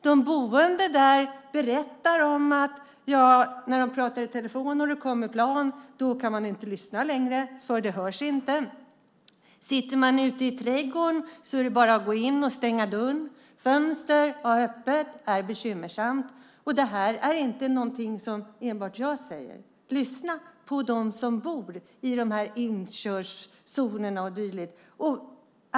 De boende där berättar om att när de pratar i telefon och det kommer plan kan de inte lyssna längre, för det hörs inte. Sitter man ute i trädgården är det bara att gå in och stänga dörren. Att ha fönster öppna är bekymmersamt. Det här är inte någonting som enbart jag säger. Lyssna på dem som bor i inkörszoner och dylikt.